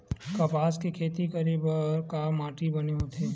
कपास के खेती करे बर का माटी बने होथे?